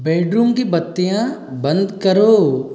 bedroom की बत्तियाँ बंद करो